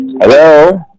hello